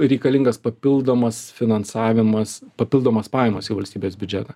reikalingas papildomas finansavimas papildomos pajamos į valstybės biudžetą